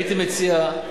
הייתי מציע,